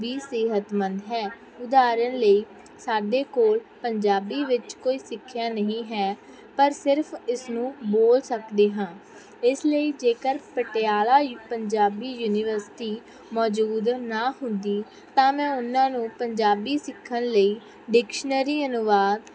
ਵੀ ਸਿਹਤਮੰਦ ਹੈ ਉਦਾਹਰਣ ਲਈ ਸਾਡੇ ਕੋਲ ਪੰਜਾਬੀ ਵਿੱਚ ਕੋਈ ਸਿੱਖਿਆ ਨਹੀਂ ਹੈ ਪਰ ਸਿਰਫ ਇਸ ਨੂੰ ਬੋਲ ਸਕਦੇ ਹਾਂ ਇਸ ਲਈ ਜੇਕਰ ਪਟਿਆਲਾ ਯੂ ਪੰਜਾਬੀ ਯੂਨੀਵਰਸਿਟੀ ਮੌਜੂਦ ਨਾ ਹੁੰਦੀ ਤਾਂ ਮੈਂ ਉਹਨਾਂ ਨੂੰ ਪੰਜਾਬੀ ਸਿੱਖਣ ਲਈ ਡਿਕਸ਼ਨਰੀ ਅਨੁਵਾਦ